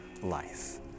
life